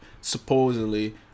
supposedly